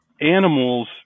Animals